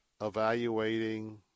evaluating